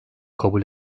kabul